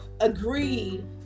agreed